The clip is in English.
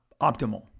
optimal